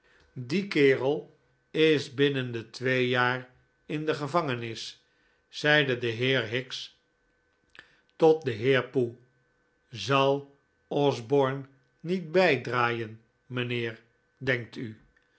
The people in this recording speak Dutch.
die kerel is binnen de twee jaar in de gevangenis zeide de heer higgs tot den heer poe zal o niet bijdraaien mijnheer denkt u